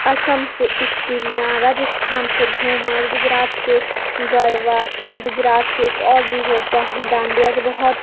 اسم سے استریاں راجستھان سے گھومر گجرات سے گربا گجرات سے ایک اور بھی ہوتا ہے ڈانڈیا جو بہت